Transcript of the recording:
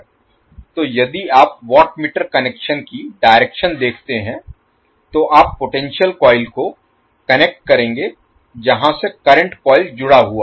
तो यदि आप वाट मीटर कनेक्शन की डायरेक्शन देखते हैं तो आप पोटेंशियल कॉइल को कनेक्ट करेंगे जहां से करंट कॉइल जुड़ा हुआ है